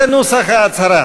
וזה נוסח ההצהרה: